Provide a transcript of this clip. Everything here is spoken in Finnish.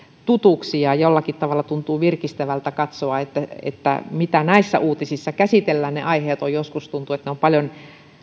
tutuiksi ja jollakin tavalla tuntuu virkistävältä katsoa mitä näissä uutisissa käsitellään joskus tuntuu että ne aiheet ovat paljon